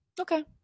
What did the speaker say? okay